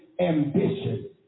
ambition